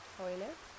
toilet